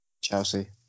Chelsea